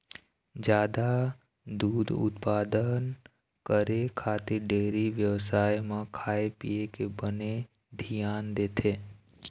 जादा दूद उत्पादन करे खातिर डेयरी बेवसाय म खाए पिए के बने धियान देथे